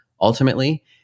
ultimately